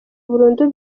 burundu